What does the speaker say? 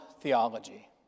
theology